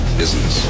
business